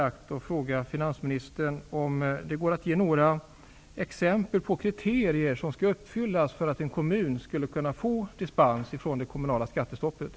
Avser finansministern att bifalla en eventuell framställan från Göteborgs kommun om dispens från de kommunala skattestoppen?